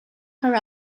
her